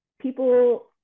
people